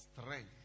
Strength